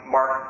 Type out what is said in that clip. Mark